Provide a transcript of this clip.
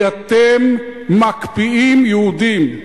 כי אתם מקפיאים יהודים.